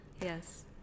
Yes